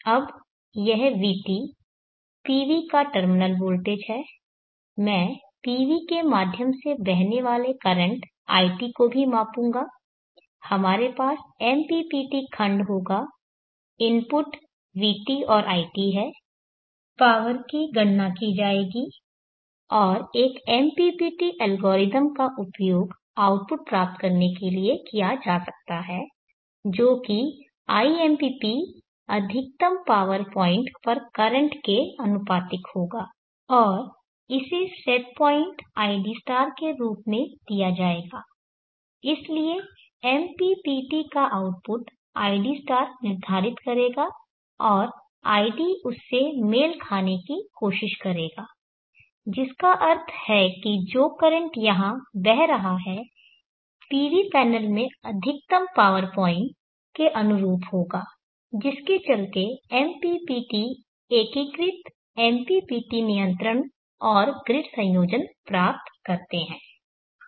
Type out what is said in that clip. अब यह vt PV का टर्मिनल वोल्टेज है मैं PV के माध्यम से बहने वाले करंट it को भी मापूँगा हमारे पास MPPT खंड होगा इनपुट vt और it हैं पावर की गणना की जाएगी और एक MPPT एल्गोरिदम का उपयोग आउटपुट प्राप्त करने के लिए किया जा सकता है जो कि impp अधिकतम पावर पॉइंट पर करंट के आनुपातिक होगा और इसे सेट पॉइंट id के रूप में दिया जाएगा इसलिए MPPT का आउटपुट id निर्धारित करेगा और id उस से मेल खाने की कोशिश करेगा जिसका अर्थ है कि जो करंट यहां बह रहा है PV पैनल के अधिकतम पावर पॉइंट के अनुरूप होगाजिसके चलते MPPT एकीकृत MPPT नियंत्रण और ग्रिड संयोजन प्राप्त करते हैं